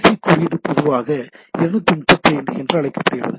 C குறியீடு பொதுவாக 255 என்று அழைக்கப்படுகிறது